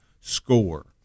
score